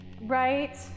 Right